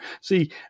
See